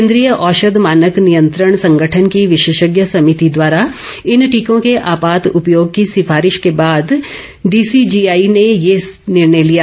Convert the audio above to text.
केन्द्रीय औषध मानक नियंत्रण संगठन की विशेषज्ञ समिति द्वारा इन टीकों के आपात उपयोग की सिफारिश के बाद डीसीजीआई ने यह निर्णय लिया